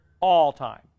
all-time